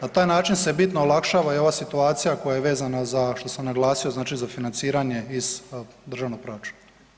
Na taj način se bitno olakšava i ova situacija koja je vezana za što sam naglasio za financiranje iz državnog proračuna.